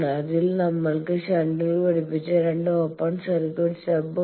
അതിനാൽ നമ്മൾക്ക് ഷണ്ടിൽ ബന്ധിപ്പിച്ച 2 ഓപ്പൺ സർക്യൂട്ട് സ്റ്റബ് ഉണ്ട്